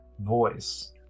voice